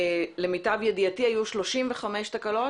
למיטב ידיעתי, היו 35 תקלות.